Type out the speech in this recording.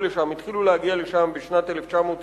התחילו להגיע לשם בשנת 1991,